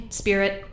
spirit